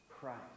Christ